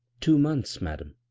two mckiths, madam.